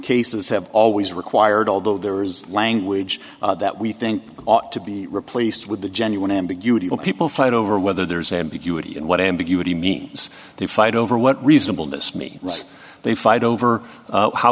cases have always required although there is language that we think ought to be replaced with the genuine ambiguity people fight over whether there's ambiguity and what ambiguity means they fight over what reasonable miss me as they fight over